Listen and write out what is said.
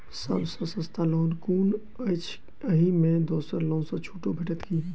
सब सँ सस्ता लोन कुन अछि अहि मे दोसर लोन सँ छुटो भेटत की?